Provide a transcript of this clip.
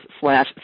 slash